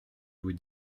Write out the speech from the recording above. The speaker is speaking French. vous